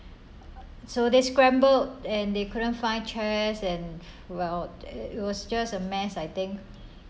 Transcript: so they scrambled and they couldn't find chairs and well it was just a mess I think